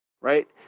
Right